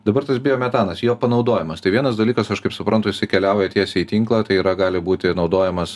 dabar tas biometanas jo panaudojimas tai vienas dalykas aš kaip suprantu jisai keliauja tiesiai į tinklą tai yra gali būti naudojamas